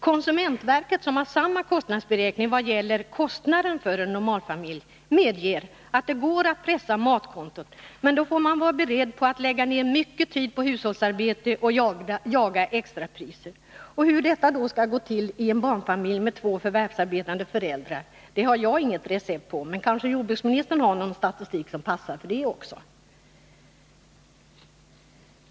Konsumentverket, som har samma kostnadsberäkning vad gäller matkostnaden för en normalfamilj, medger att ”det går att pressa matkontot, men då får man vara beredd på att lägga ner mycket tid på hushållsarbete och jaga extrapriser”. Hur detta skall gå till i en barnfamilj med två förvärvsarbetande föräldrar har jag inget recept på, men kanske jordbruksministern har någon statistik som passar för det också.